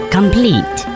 Complete